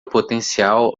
potencial